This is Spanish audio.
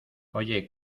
oye